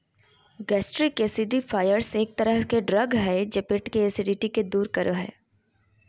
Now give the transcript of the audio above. gastric acidifiers एक तरह के ड्रग हय जे पेट के एसिडिटी के दूर करो हय